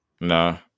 No